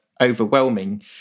overwhelming